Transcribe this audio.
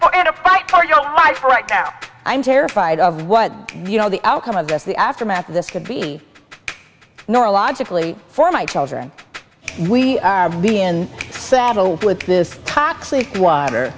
out i'm terrified of what you know the outcome of this the aftermath of this could be neurologically for my children we have been saddled with this toxic water